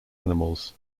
animals